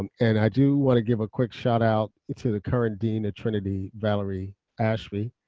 um and i do want to give a quick shout out to the current dean at trinity, valerie ashby,